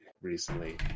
recently